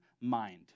mind